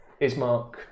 Ismark